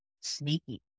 sneaky